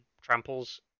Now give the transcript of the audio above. tramples